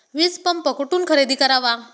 वीजपंप कुठून खरेदी करावा?